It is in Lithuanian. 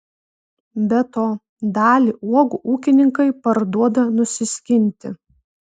be to dalį uogų ūkininkai parduoda nusiskinti